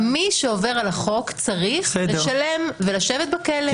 שעובר על החוק צריך לשלם ולשבת בכלא.